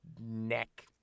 neck